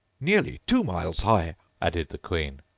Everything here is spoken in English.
nearly two miles high added the queen.